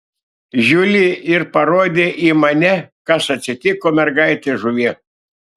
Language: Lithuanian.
žiuli ir parodė į mane kas atsitiko mergaite žuvie